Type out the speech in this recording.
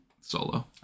Solo